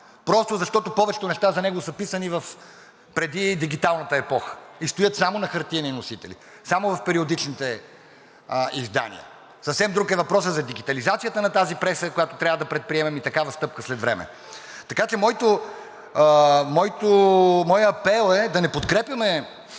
просто, защото повечето неща за него са писани преди дигиталната епоха и стоят само на хартиени носители, само в периодичните издания. Съвсем друг е въпросът за дигитализацията на тази преса, която трябва да предприемем и такава стъпка сред време. Така че моят апел е да не подкрепяме